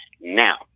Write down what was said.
Now